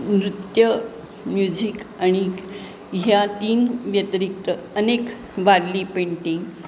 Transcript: नृत्य म्युझिक आणि ह्या तीन व्यतिरिक्त अनेक वारली पेंटिंग